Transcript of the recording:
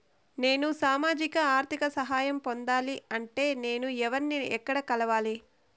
నేను సామాజిక ఆర్థిక సహాయం పొందాలి అంటే నేను ఎవర్ని ఎక్కడ కలవాలి?